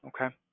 Okay